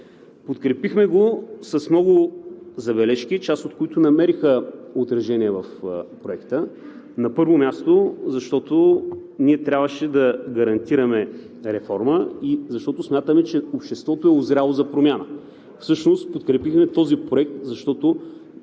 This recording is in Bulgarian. Подкрепихме го с много забележки, част от които намериха отражения в Проекта. На първо място, защото ние трябва да гарантираме реформа, защото смятаме, че обществото е узряло за промяна. Всъщност подкрепихме този проект, защото